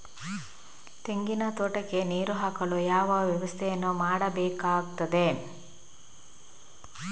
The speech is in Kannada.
ತೆಂಗಿನ ತೋಟಕ್ಕೆ ನೀರು ಹಾಕಲು ಯಾವ ವ್ಯವಸ್ಥೆಯನ್ನು ಮಾಡಬೇಕಾಗ್ತದೆ?